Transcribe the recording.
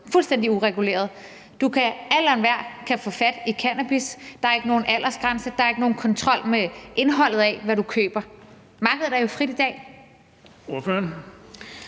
fuldstændig ureguleret; alle og enhver kan få fat i cannabis, der er ikke nogen aldersgrænse, der er ikke nogen kontrol med indholdet af, hvad du køber. Markedet er jo frit i dag.